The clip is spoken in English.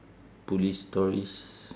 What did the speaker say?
police stories